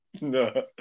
no